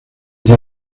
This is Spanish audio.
día